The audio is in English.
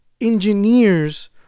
engineers